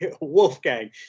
Wolfgang